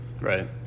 right